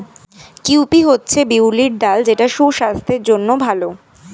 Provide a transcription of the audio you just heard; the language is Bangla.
কাউপি হচ্ছে বিউলির ডাল যেটা সুস্বাস্থ্যের জন্য ভালো